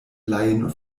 laien